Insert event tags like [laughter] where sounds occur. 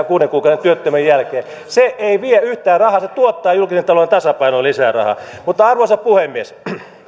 [unintelligible] kuuden kuukauden työttömyyden jälkeen se ei vie yhtään rahaa se tuottaa julkisen talouden tasapainoon lisää rahaa arvoisa puhemies